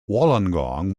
wollongong